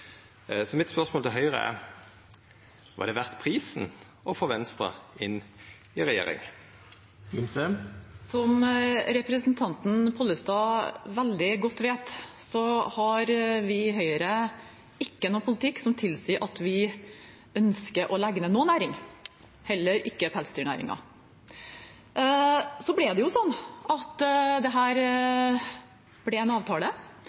Så spørsmålet mitt til Høgre er: Var det verdt prisen å få Venstre inn i regjering? Som representanten Pollestad veldig godt vet, har vi i Høyre ikke noe politikk som tilsier at vi ønsker å legge ned noen næring, heller ikke pelsdyrnæringen. Så ble det jo sånn at dette ble en avtale,